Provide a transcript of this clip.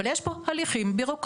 אבל יש פה הליכים בירוקרטים,